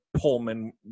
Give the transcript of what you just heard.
Pullman